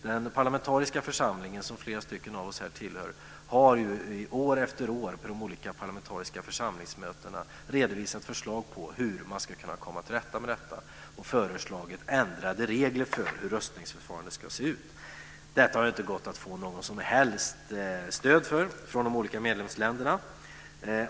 Den parlamentariska församlingen, som flera av oss här tillhör, har år efter år på de olika parlamentariska församlingsmötena redovisat förslag på hur man ska kunna komma till rätta med detta och föreslagit ändrade regler för hur röstningsförfarandet ska se ut. Detta har inte gått att få något som helst stöd för från de olika medlemsländerna.